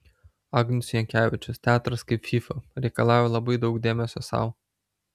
agnius jankevičius teatras kaip fyfa reikalauja labai daug dėmesio sau